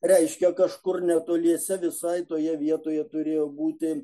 reiškia kažkur netoliese visai toje vietoje turėjo būti